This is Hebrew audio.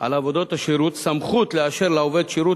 על עבודות השירות סמכות לאשר לעובד שירות